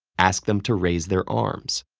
ask them to raise their arms.